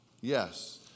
Yes